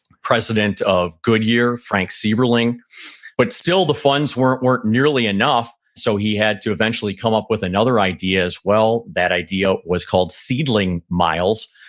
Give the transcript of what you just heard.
president of goodyear frank seiberling but still the funds weren't weren't nearly enough, so he had to eventually come up with another idea as well. that idea was called seedling miles.